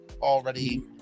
already